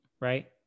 right